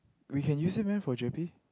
we can use it meh for Gerpe